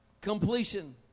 completion